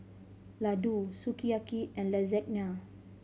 Ladoo Sukiyaki and Lasagne